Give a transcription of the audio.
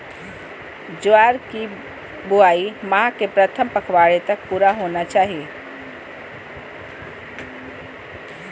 ज्वार की बुआई माह के प्रथम पखवाड़े तक पूरा होना चाही